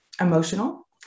emotional